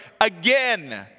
again